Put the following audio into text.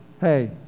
hey